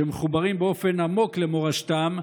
שמחוברים באופן עמוק למורשתם,